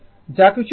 যা কিছুই ফল হোক